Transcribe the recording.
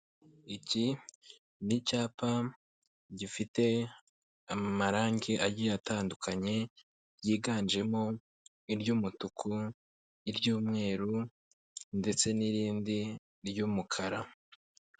Iki n'icyapa gifite amarangi agiye atandukanye ryiganjemo iry'umutuku iry'umweru ndetse n'irindi ry'umukara.